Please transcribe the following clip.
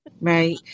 Right